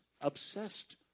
obsessed